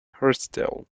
hairstyle